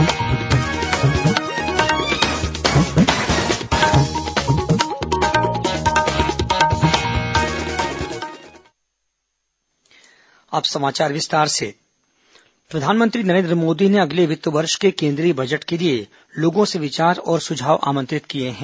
केंद्रीय बजट सुझाव प्रधानमंत्री नरेन्द्र मोदी ने अगले वित्त वर्ष के केन्द्रीय बजट के लिये लोगों से विचार और सुझाव आमंत्रित किए हैं